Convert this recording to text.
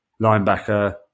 linebacker